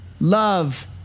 love